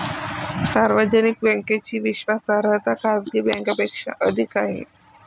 सार्वजनिक बँकेची विश्वासार्हता खाजगी बँकांपेक्षा अधिक आहे